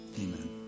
Amen